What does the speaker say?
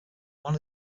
one